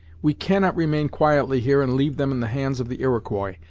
we cannot remain quietly here and leave them in the hands of the iroquois,